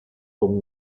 con